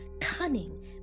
cunning